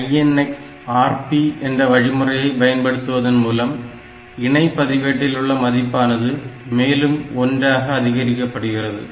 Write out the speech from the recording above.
INX Rp என்ற வழிமுறையை பயன்படுத்துவதன் மூலம் இணை பதிவேட்டிலுள்ள மதிப்பானது மேலும் ஒன்றாக அதிகரிக்கப்படுகிறது